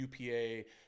upa